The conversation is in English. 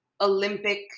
Olympic